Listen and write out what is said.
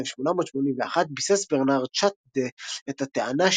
בשנת 1881 ביסס ברנרד שטדה את הטענה,